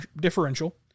differential